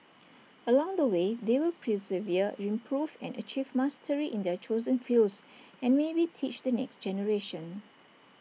along the way they will persevere improve and achieve mastery in their chosen fields and maybe teach the next generation